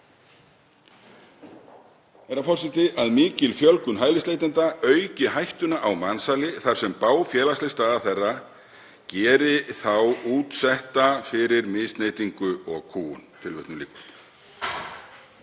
herra forseti, að mikil fjölgun hælisleitenda auki hættu á mansali þar sem bág félagsleg staða þeirra geri þá útsetta fyrir misneytingu og kúgun.